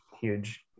huge –